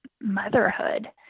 motherhood